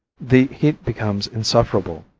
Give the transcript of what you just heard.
the heat becomes insufferable.